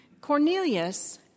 Cornelius